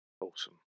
Awesome